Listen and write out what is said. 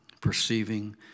perceiving